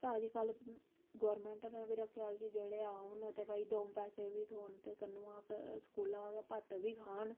ते अजकल्ल गौरमेंट नै बी रक्खे दा की जेह्ड़े हैन दं'ऊ पैसे बी थ्होन ते कन्नै स्कूला भात बी खान